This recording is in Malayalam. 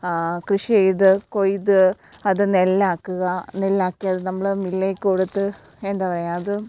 കൃഷി ചെയ്ത് കൊയ്ത് അത് നെല്ലാക്കുക നെല്ലാക്കി അത് നമ്മൾ മില്ലിലേക്ക് കൊടുത്ത് എന്താ പറയുക അതും